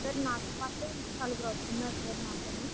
sir నాతోపాటు ఇంకా నాలుగురు వస్తున్నారు సార్ నాతో